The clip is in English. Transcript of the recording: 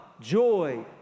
joy